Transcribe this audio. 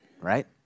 right